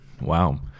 Wow